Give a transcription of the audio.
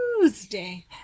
Tuesday